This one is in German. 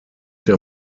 der